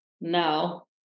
no